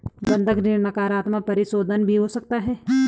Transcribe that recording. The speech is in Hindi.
बंधक ऋण नकारात्मक परिशोधन भी हो सकता है